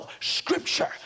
scripture